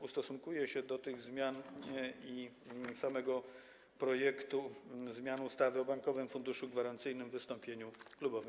Ustosunkuję się do tych zmian i samego projektu zmiany ustawy o Bankowym Funduszu Gwarancyjnym w wystąpieniu klubowym.